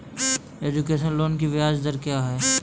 Education loan की ब्याज दर क्या है?